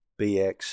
BX